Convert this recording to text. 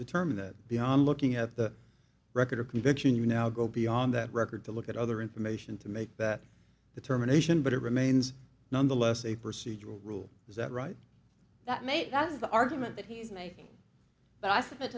determine that beyond looking at the record of conviction you now go beyond that record to look at other information to make that determination but it remains nonetheless a procedural rule is that right that may that's the argument that he's making but i submit